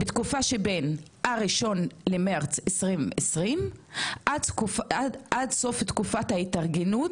בתקופה שבין ה- 1 למרץ 2020 עד סוף תקופת ההתארגנות,